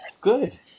good